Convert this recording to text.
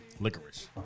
licorice